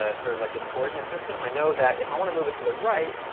ah sort of like this coordinate system, i know that if i want to move it to the right,